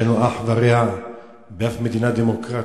שאין לו אח ורע באף מדינה דמוקרטית,